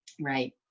Right